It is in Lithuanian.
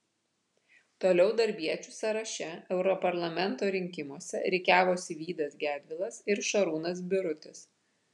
toliau darbiečių sąraše europarlamento rinkimuose rikiavosi vydas gedvilas ir šarūnas birutis